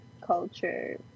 culture